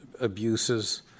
abuses